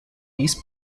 east